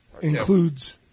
includes